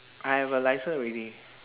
I have a licence already